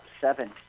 seven